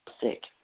sick